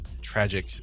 tragic